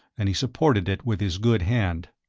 and he supported it with his good hand.